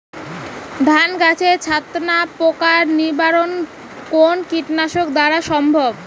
ধান গাছের ছাতনা পোকার নিবারণ কোন কীটনাশক দ্বারা সম্ভব?